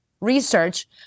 research